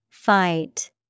Fight